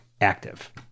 active